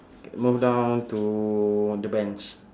move down to the bench